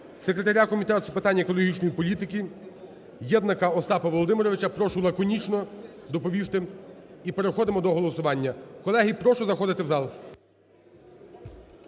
секретаря Комітету з питань екологічної політики Єднака Остапа Володимировича. Прошу лаконічно доповісти, і переходимо до голосування. Колеги, прошу заходити в зал.